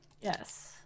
Yes